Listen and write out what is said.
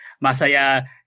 Masaya